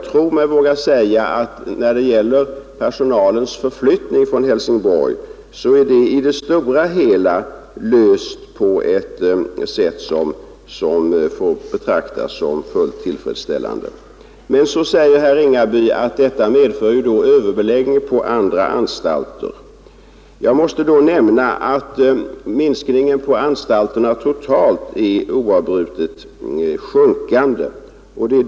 När det gäller problemet med personalens förflyttning från Helsingborg vågar jag säga att detta på det stora hela lösts på ett sätt som får betraktas som fullt tillfredsställande. Men så säger herr Ringaby att detta medför överbeläggning på andra anstalter. Jag måste då nämna att minskningen på anstalterna totalt sett Nr 54 fortgår.